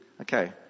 Okay